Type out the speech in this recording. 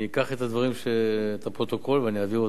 אני אקח את הפרוטוקול, ואני אעביר אותו,